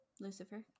Lucifer